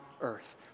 earth